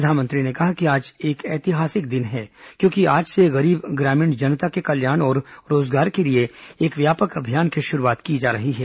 प्रधानमंत्री ने कहा कि आज एक ऐतिहासिक दिन है क्योंकि आज से गरीब ग्रामीण जनता के कल्याण और रोजगार के लिए एक व्यापक अभियान की शुरूआत की जा रही है